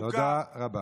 תודה רבה.